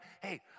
Hey